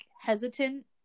hesitant